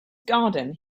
garden